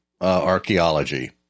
archaeology